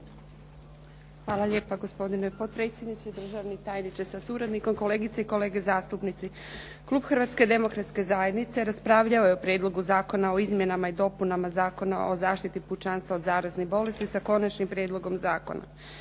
Hvala lijepa gospodine potpredsjedniče, državni tajniče sa suradnikom, kolegice i kolege zastupnici. Klub Hrvatske demokratske zajednice raspravljao je o Prijedlogu zakona o izmjenama i dopunama Zakona o zaštiti pučanstva od zaraznih bolesti sa Konačnim prijedlogom zakona.